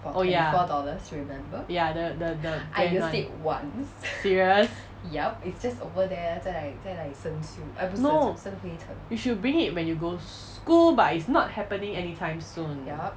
oh ya the the the bend one serious no you should bring it when you go school but it's not happening anytime soon